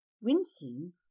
Wincing